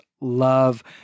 love